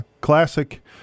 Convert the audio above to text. classic